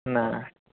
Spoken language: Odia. ନା